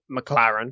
McLaren